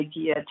idea